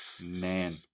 man